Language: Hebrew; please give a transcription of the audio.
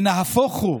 נהפוך הוא,